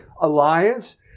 alliance